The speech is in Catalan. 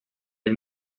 ell